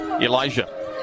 Elijah